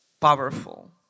powerful